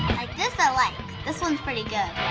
like this, i like. this one's pretty good.